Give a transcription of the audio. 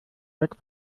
weg